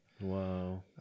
Wow